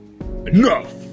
ENOUGH